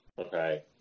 okay